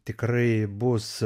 tikrai bus